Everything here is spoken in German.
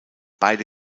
beide